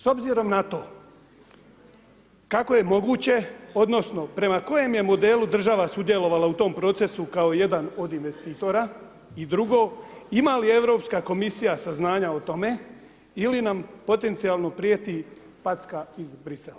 S obzirom na to kako je moguće odnosno prema kojem je modelu država sudjelovala u tom procesu kao jedan od investitora i drugo ima li Europska komisija saznanja o tome ili nam potencijalno prijeti packa iz Bruxellesa?